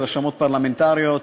רשמות פרלמנטריות,